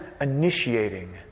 initiating